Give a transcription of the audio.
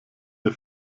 wir